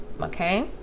Okay